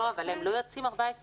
אבל הם לא יוצאים 14 יום.